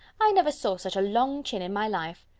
i never saw such a long chin in my life.